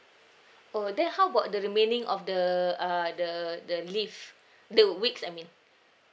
oh then how about the remaining of the uh the the leave the weeks I mean